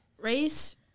race